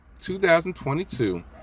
2022